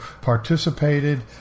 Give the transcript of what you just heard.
participated